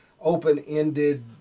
open-ended